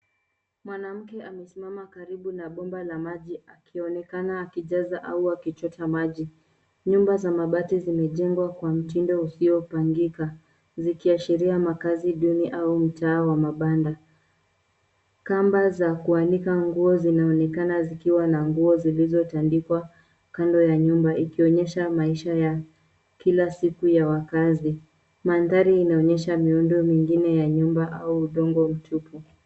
Mwnamke amesimama karibu na bomba la maji akionekana akijaza au akichota maji. Nyumba za mabati zimejengwa kwa mtindo usiopangika, zikiashiria makazi duni au mtaa wa mabanda. Kamba za kuanika nguo zinaonekana zikiwa na nguo zilizotandikwa kando ya nyumba ikionyesha maisha ya kila siku ya wakazi. Manthari inaonyesha miundo mingine ya nyumba au udongo utupu.